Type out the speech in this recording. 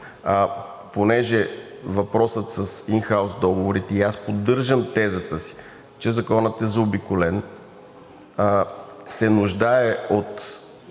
Понеже въпросът с ин хаус договорите – и аз поддържам тезата си, че законът е заобиколен, се нуждае от